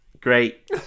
Great